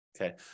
okay